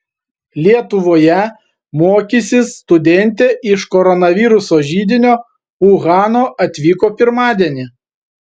lietuvoje mokysis studentė iš koronaviruso židinio uhano atvyko pirmadienį